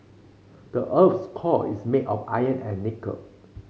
the earth's core is made of iron and nickel